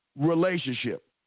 relationship